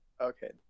Okay